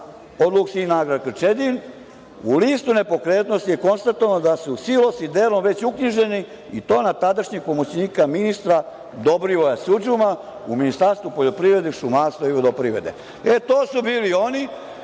od Luks in agrar Krčedin, u listu nepokretnosti je konstatovano da silosi delom već uknjiženi i to na tadašnjeg pomoćnika ministra Dobrivoja Sudžuma u Ministarstvu poljoprivrede, šumarstva i vodoprivrede. E, to su bili oni.